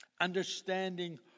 Understanding